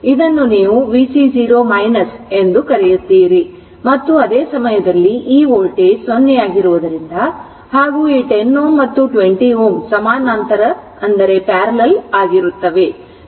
ಆದ್ದರಿಂದ ಇದನ್ನು ನೀವು vc0 ಇದು ಕರೆಯುತ್ತೀರಿ ಮತ್ತು ಅದೇ ಸಮಯದಲ್ಲಿ ಈ ವೋಲ್ಟೇಜ್ 0 ಆಗಿರುವುದರಿಂದ ಹಾಗೂ ಈ 10 Ω ಮತ್ತು 20 Ω ಸಮಾನಾಂತರ ವಾಗಿರುತ್ತವೆ